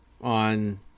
on